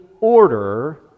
order